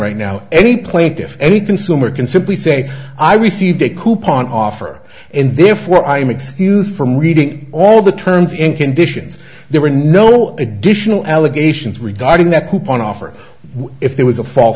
right now any plaintiffs any consumer can simply say i received a coupon offer and therefore i'm excused from reading all the terms in conditions there were no additional allegations regarding the coupon offer if there was a false